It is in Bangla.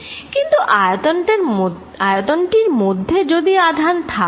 কিন্তু আয়তন টির মধ্যে যদি আধান থাকে